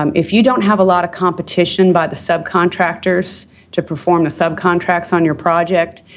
um if you don't have a lot of competition by the subcontractors to perform the subcontracts on your project,